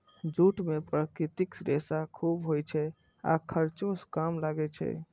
jute मे प्राकृतिक रेशा खूब होइ छै आ खर्चो कम लागै छै